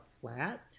flat